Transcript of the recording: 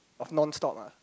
of nonstop ah